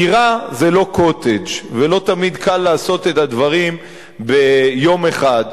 דירה זה לא "קוטג'" ולא תמיד קל לעשות את הדברים ביום אחד.